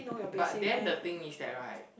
but then the thing is that right